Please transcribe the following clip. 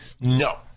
no